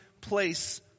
place